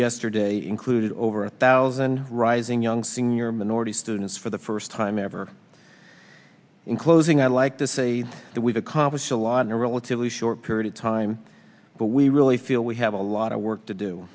yesterday included over a thousand rising young senior minority students for the first time ever in closing i'd like to say that we've accomplished a lot in a relatively short period of time but we really feel we have a lot of work to do